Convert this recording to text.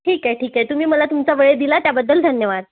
ठीक आहे ठीक आहे तुम्ही मला तुमचा वेळ दिला त्याबद्दल धन्यवाद